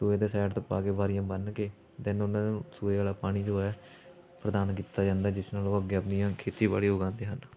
ਸੂਏ ਦੇ ਸਾਈਡ ਤੋਂ ਪਾ ਕੇ ਵਾਰੀਆਂ ਬੰਨ੍ਹ ਕੇ ਦੈਨ ਉਹਨਾਂ ਨੂੰ ਸੂਏ ਵਾਲਾ ਪਾਣੀ ਜੋ ਹੈ ਪ੍ਰਦਾਨ ਕੀਤਾ ਜਾਂਦਾ ਜਿਸ ਨਾਲ ਉਹ ਅੱਗੇ ਆਪਣੀਆਂ ਖੇਤੀਬਾੜੀ ਉਗਾਉਂਦੇ ਹਨ